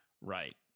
Right